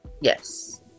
yes